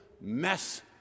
mess